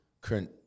current